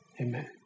amen